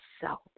self